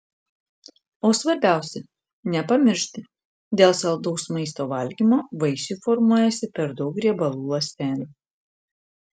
o svarbiausia nepamiršti dėl saldaus maisto valgymo vaisiui formuojasi per daug riebalų ląstelių